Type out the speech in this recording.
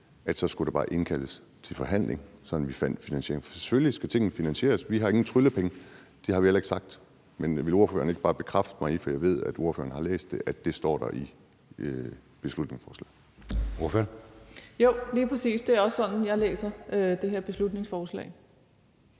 og så skulle der bare indkaldes til forhandling, så vi fandt en finansiering. Selvfølgelig skal tingene finansieres, for vi har ingen tryllepenge, men det har vi heller ikke sagt. Vil ordføreren ikke bare bekræfte, for jeg ved, at ordføreren har læst det, at det står der i beslutningsforslaget? Kl. 19:09 Anden næstformand (Jeppe Søe): Ordføreren.